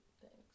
Thanks